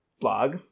blog